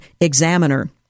Examiner